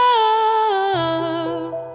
love